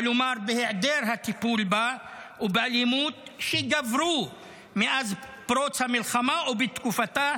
כלומר בהיעדר הטיפול בה ובאלימות שגברה מאז פרוץ המלחמה או בתקופתה,